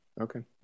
Okay